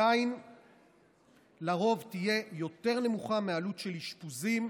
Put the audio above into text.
לרוב עדיין יהיו יותר נמוכים מעלות של אשפוזים,